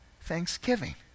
Thanksgiving